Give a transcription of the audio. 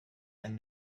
and